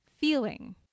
feeling